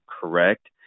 correct